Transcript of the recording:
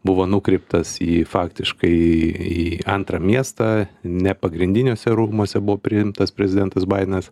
buvo nukreiptas į faktiškai į antrą miestą ne pagrindiniuose rūmuose buvo priimtas prezidentas baidenas